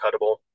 cuttable